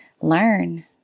learn